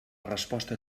resposta